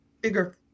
bigger